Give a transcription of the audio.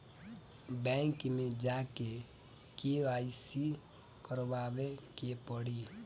Bank मे जा के के.वाइ.सी करबाबे के पड़ी?